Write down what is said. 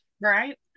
right